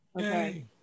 Okay